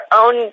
own